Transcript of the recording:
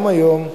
גם היום,